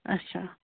اچھا